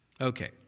Okay